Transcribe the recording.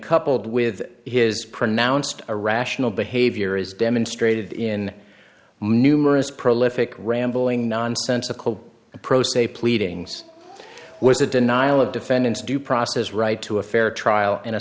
coupled with his pronounced irrational behavior is demonstrated in numerous prolific rambling nonsensical and pro se pleadings was a denial of defendants due process right to a fair trial and a